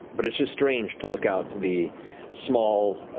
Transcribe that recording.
but it's ah strange to look out the small,